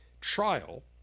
trial